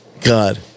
God